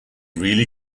really